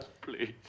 please